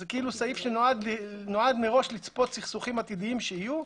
זה כאילו סעיף שנועד מראש לצפות סכסוכים עתידיים שיהיו.